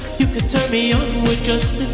you can turn me on with just